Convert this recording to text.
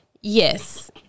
Yes